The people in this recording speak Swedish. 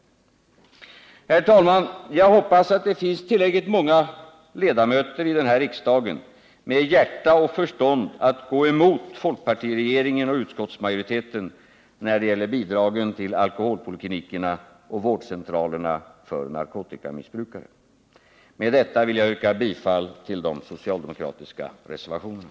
Herr talman! Jag hoppas att det finns tillräckligt många riksdagsledamöter med hjärta och förstånd att gå emot folkpartiregeringen och utskottsmajoriteten när det gäller bidragen till alkoholpoliklinikerna och vårdcentralerna för narkotikamissbrukare. Med detta vill jag yrka bifall till de socialdemokratiska reservationerna.